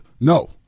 No